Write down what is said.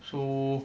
so